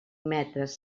metres